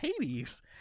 Hades